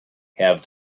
have